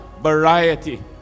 variety